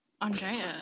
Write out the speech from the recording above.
Andrea